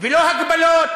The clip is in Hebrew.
לא תנאים ולא הגבלות,